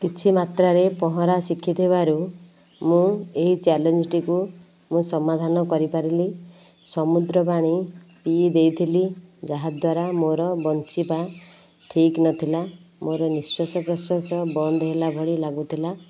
କିଛି ମାତ୍ରାରେ ପହଁରା ଶିଖିଥିବାରୁ ମୁଁ ଏହି ଚାଲେଞ୍ଜ ଟିକୁ ମୁଁ ସମାଧାନ କରିପାରିଲି ସମୁଦ୍ର ପାଣି ପିଇ ଦେଇଥିଲି ଯାହାଦ୍ୱାରା ମୋର ବଞ୍ଚିବା ଠିକ ନଥିଲା ମୋର ନିଶ୍ୱାସ ପ୍ରଶ୍ୱାସ ବନ୍ଦ ହେଲା ଭଳି ଲାଗୁଥିଲା